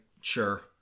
Sure